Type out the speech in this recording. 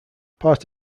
part